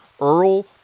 Earl